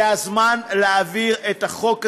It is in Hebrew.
זה הזמן להעביר את החוק הזה,